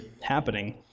happening